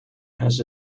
has